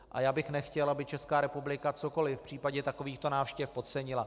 A já bych nechtěl, aby Česká republika cokoli v případě takovýchto návštěv podcenila.